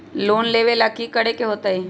Loan लेवेला की करेके होतई?